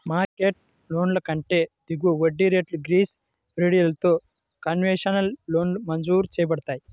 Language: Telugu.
మార్కెట్ లోన్ల కంటే దిగువ వడ్డీ రేట్లు, గ్రేస్ పీరియడ్లతో కన్సెషనల్ లోన్లు మంజూరు చేయబడతాయి